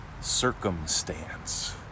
Circumstance